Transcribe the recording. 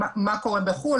מה קורה בחוץ לארץ,